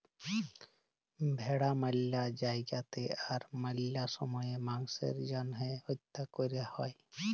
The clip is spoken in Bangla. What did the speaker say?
ভেড়া ম্যালা জায়গাতে আর ম্যালা সময়ে মাংসের জ্যনহে হত্যা ক্যরা হ্যয়